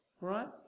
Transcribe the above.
right